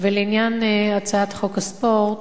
ולעניין הצעת חוק הספורט,